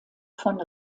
von